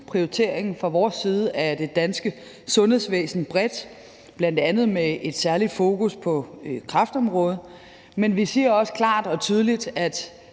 prioritering fra vores side af det danske sundhedsvæsen bredt, bl.a. med et særligt fokus på kræftområdet, men vi siger også klart og tydeligt, at